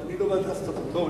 אני בוועדה סטטוטורית.